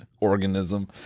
organism